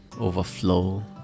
overflow